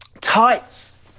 tights